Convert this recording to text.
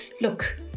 look